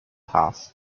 half